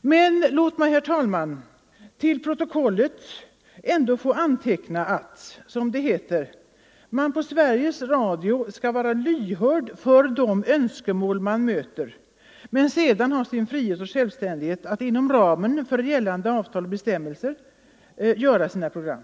Men låt mig, herr talman, till protokollet ändock få anteckna att — som det heter — man på Sveriges Radio skall vara lyhörd för de önskemål man möter, men sedan ha sin frihet och självständighet att inom ramen för gällande avtal och bestämmelser göra sina program.